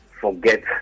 forget